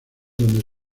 dónde